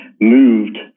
moved